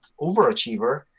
overachiever